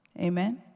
Amen